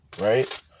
Right